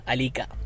Alika